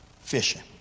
fishing